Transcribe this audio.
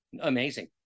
Amazing